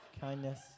kindness